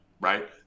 right